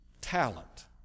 talent